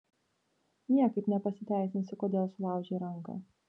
niekaip ne pasiteisinsi kodėl sulaužei ranką